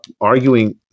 arguing